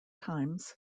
times